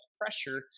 pressure